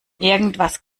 irgendwas